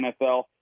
NFL